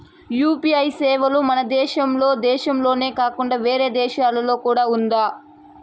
UPI సేవలు మన దేశం దేశంలోనే కాకుండా వేరే దేశాల్లో కూడా ఉందా?